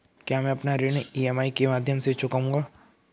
क्या मैं अपना ऋण ई.एम.आई के माध्यम से चुकाऊंगा?